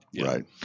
Right